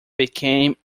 became